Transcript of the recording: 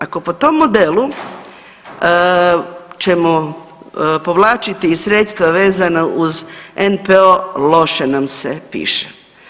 Ako po tom modelu ćemo povlačiti sredstva vezana uz NPO, loše nam se piše.